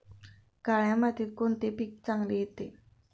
काळ्या मातीत कोणते पीक चांगले येते?